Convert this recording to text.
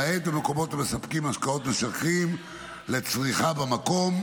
למעט במקומות המספקים משקאות משכרים לצריכה במקום